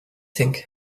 think